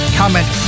comment